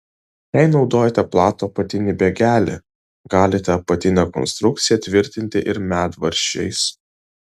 jei naudojate platų apatinį bėgelį galite apatinę konstrukciją tvirtinti ir medvaržčiais